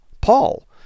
Paul